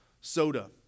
soda